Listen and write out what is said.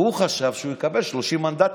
והוא חשב שהוא יקבל 30 מנדטים,